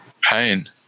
pain